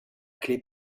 clé